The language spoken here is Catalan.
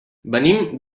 venim